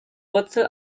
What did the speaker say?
wurzel